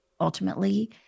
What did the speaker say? ultimately